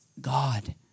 God